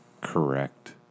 Correct